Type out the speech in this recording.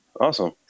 Awesome